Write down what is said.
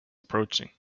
approaching